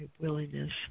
willingness